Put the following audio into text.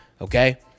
Okay